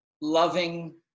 loving